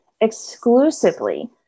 exclusively